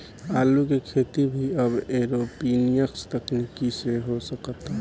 आलू के खेती भी अब एरोपोनिक्स तकनीकी से हो सकता